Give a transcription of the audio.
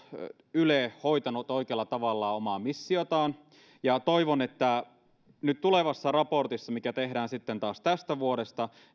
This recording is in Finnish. yle hoitanut oikealla tavalla omaa missiotaan ja toivon että tulevassa raportissa mikä tehdään sitten taas tästä vuodesta